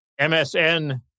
MSN